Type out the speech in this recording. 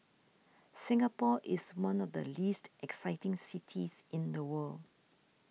Singapore is one of the least exciting cities in the world